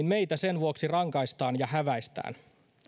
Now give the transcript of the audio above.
meitä sen vuoksi rangaistaan ja häväistään